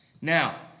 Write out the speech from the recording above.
Now